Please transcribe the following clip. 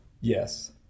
Yes